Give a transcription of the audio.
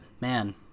man